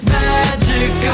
magic